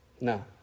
No